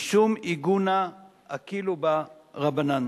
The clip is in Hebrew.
"משום עיגונא אקילו בה רבנן"